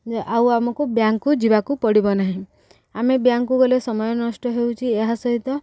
ଆଉ ଆମକୁ ବ୍ୟାଙ୍କକୁ ଯିବାକୁ ପଡ଼ିବ ନାହିଁ ଆମେ ବ୍ୟାଙ୍କକୁ ଗଲେ ସମୟ ନଷ୍ଟ ହେଉଛି ଏହା ସହିତ